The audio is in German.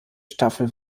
staffel